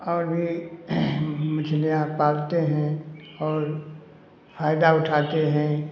और भी मछलियाँ पालते हैं और फायदा उठाते हैं